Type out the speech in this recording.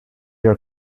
your